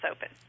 Open